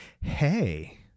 Hey